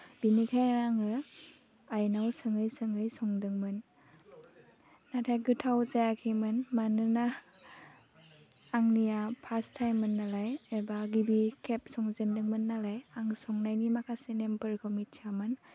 बिनिखायनो आङो आइनाव सोङै सोङै संदोंमोन नाथाय गोथाव जायाखैमोन मानोना आंनिया फार्स्ट टाइममोन नालाय एबा गिबि खेब संजेनदोंमोन नालाय आं संनायनि माखासे नेमफोरखौ मिथियामोन